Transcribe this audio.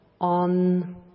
on